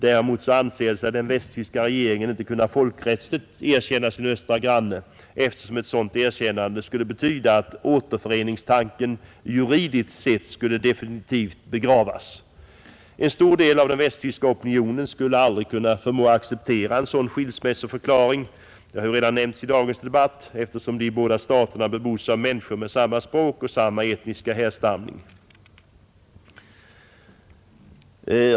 Däremot anser sig den västtyska regeringen inte kunna folkrättsligt erkänna sin östra granne, eftersom ett sådant erkännande skulle betyda att återföreningstanken juridiskt sett skulle definitivt begravas. En stor del av den västtyska opinionen skulle aldrig kunna förmås acceptera en sådan skilsmässoförklaring — det har redan nämnts i dagens debatt — då de båda staterna bebos av människor med samma språk och samma etniska härstamning.